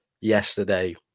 yesterday